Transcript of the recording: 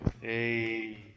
Hey